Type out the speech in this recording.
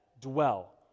dwell